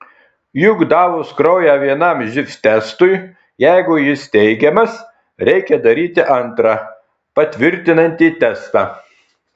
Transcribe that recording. juk davus kraują vienam živ testui jeigu jis teigiamas reikia daryti antrą patvirtinantį testą